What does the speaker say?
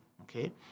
okay